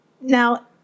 now